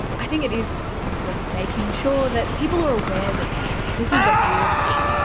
i think it is important making sure that people are aware that this is a real thing.